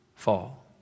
fall